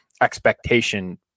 expectation